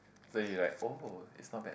so you like oh it's not bad